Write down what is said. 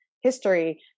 history